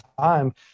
time